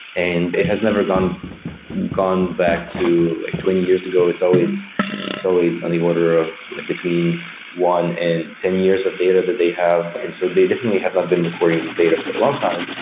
and it has never gone gone back to like twenty years ago. it's always it's always on the order of like between one and ten years of data that they have. and so they definitely have not been recording this data for a long time,